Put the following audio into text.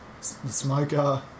Smoker